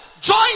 Join